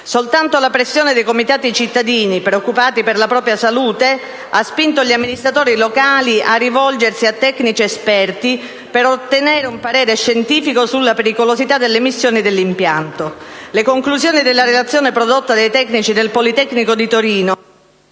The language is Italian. Soltanto la pressione dei comitati di cittadini preoccupati per la propria salute ha spinto gli amministratori locali a rivolgersi a tecnici esperti per ottenere un parere scientifico sulla pericolosità delle emissioni dell'impianto. Le conclusioni della relazione prodotta dai tecnici del Politecnico di